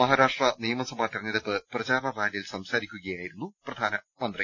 മഹാരാഷ്ട്ര നിയമസഭാ തെര ഞ്ഞെടുപ്പ് പ്രചാരണ റാലിയിൽ സംസാരിക്കുകയായിരുന്നു നരേന്ദ്രമോദി